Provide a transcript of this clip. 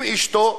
עם אשתו,